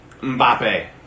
Mbappe